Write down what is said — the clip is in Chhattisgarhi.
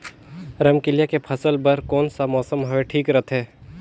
रमकेलिया के फसल बार कोन सा मौसम हवे ठीक रथे?